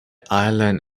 island